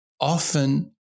often